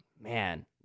Man